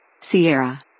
Sierra